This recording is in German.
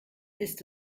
ist